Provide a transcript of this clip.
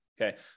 Okay